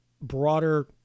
broader